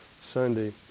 Sunday